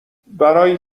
برای